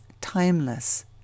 timeless